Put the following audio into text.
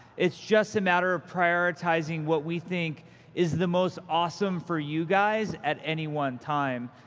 it's just a matter of prioritizing what we think is the most awesome for you guys at any one time.